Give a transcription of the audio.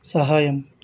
సహాయం